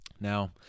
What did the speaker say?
Now